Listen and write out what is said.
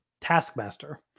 Taskmaster